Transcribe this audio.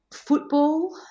Football